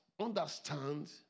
understand